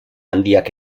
handiak